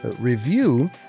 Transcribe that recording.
review